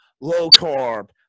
low-carb